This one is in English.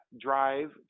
drive